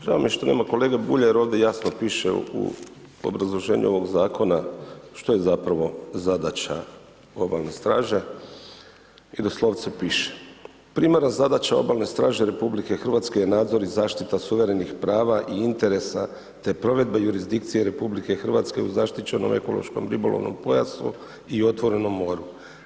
Žao mi je što nema kolege Bulja jer ovdje jasno piše u obrazloženju ovog zakona što je zapravo zadaća obalne straže i doslovce piše „Primarna zadaća Obalne straže RH je nadzor i zaštita suverenih prava i interesa te provedba jurisdikcije RH u zaštićenom ekološko-ribolovnom pojasu i otvorenom moru.